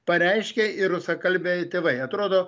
pareiškė ir rusakalbiai tėvai atrodo